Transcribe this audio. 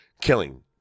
killing